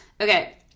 okay